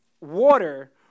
water